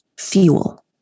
fuel